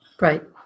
right